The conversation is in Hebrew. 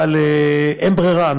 אבל אין ברירה.